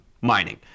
mining